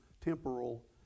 temporal